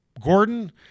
Gordon